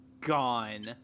gone